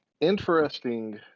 Interesting